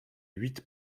huit